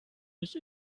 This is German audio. mich